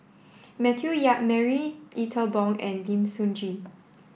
Matthew Yap Marie Ethel Bong and Lim Sun Gee